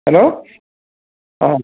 hello অঁ